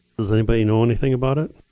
does anybody know anything about it?